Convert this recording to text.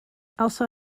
also